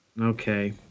Okay